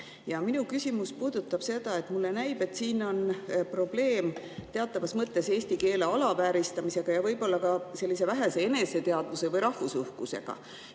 Minu küsimus puudutab seda, et mulle näib, et siin on probleem teatavas mõttes eesti keele alavääristamisega ja võib-olla ka vähese eneseteadvuse või rahvusuhkusega.